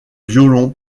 violon